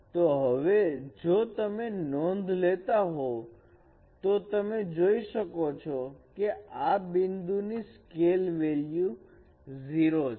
તો હવે જો તમે નોંધ લેતા હોવ તો તમે જોઈ શકો છો કે આ બિંદુ ની સ્કેલ વેલ્યુ 0 છે